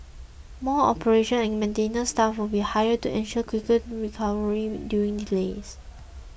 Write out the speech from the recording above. more operations and maintenance staff will be hired to ensure quicker recovery during delays